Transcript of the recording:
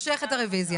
הוא מושך את הרביזיה.